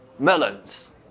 melons